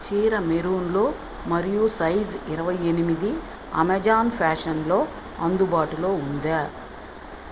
చీర మెరూన్లో మరియు సైజ్ ఇరవై ఎనిమిది అమెజాన్ ఫ్యాషన్లో అందుబాటులో ఉందా